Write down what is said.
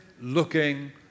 looking